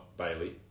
Bailey